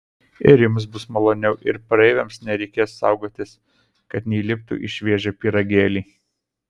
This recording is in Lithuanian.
ir jums bus maloniau ir praeiviams nereikės saugotis kad neįliptų į šviežią pyragėlį